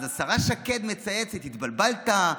אז השרה שקד מצייצת: התבלבלת,